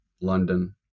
London